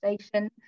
station